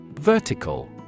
Vertical